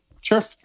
Sure